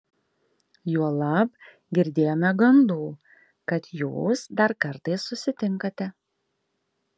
juolab girdėjome gandų kad jūs dar kartais susitinkate